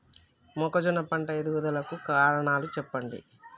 మొక్కజొన్న పంట ఎదుగుదల కు కారణాలు చెప్పండి?